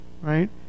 right